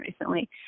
recently